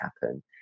happen